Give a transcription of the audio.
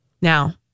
Now